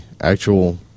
actual